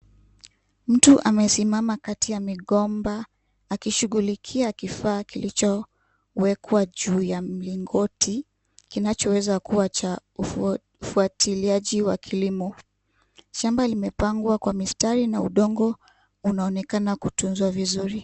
Mtu amesimama kati ya migomba, akishughulikia kifaa kilichowekwa juu ya mlingoti kinachoweza kuwa cha ufuatiliaji wa kilimo. Shamba limepangwa kwa mistari na udongo unaonekana kutunzwa vizuri.